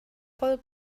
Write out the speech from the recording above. voll